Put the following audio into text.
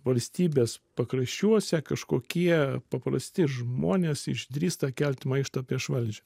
valstybės pakraščiuose kažkokie paprasti žmonės išdrįsta kelt maištą prieš valdžią